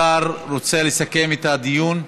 השר רוצה לסכם את הדיון?